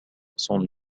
son